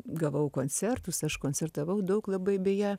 gavau koncertus aš koncertavau daug labai beje